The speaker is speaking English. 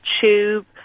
tube